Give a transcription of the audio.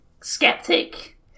skeptic